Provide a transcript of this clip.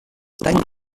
then